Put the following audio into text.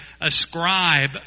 ascribe